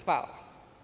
Hvala.